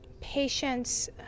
patients